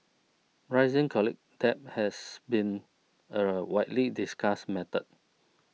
rising college debt has been a widely discussed matter